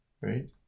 right